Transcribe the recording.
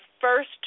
first